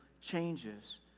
changes